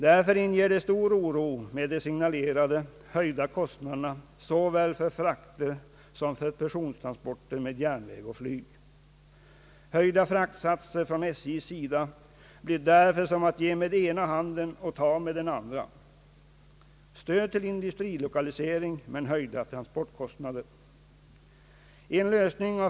Därför inger det stor oro med de signalerade höjda kostnaderna såväl för frakter som för persontransporter med järnväg och flyg. När SJ höjer fraktsatserna blir det som att ge med den ena handen och ta med den andra: stöd till industrilokalisering men höjda transportkostnader.